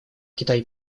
китай